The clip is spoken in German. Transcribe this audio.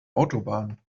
autobahn